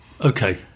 Okay